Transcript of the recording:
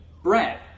Bread